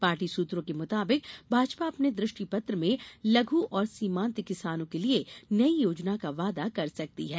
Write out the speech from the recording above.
party सूत्रों के मुताबिक भाजपा अपने दृष्टिपत्र में लघ् और सीमांत किसानों के लिए नई योजना का वादा कर सकती है